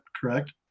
correct